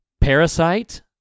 Parasite